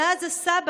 // עלה אז הסבא,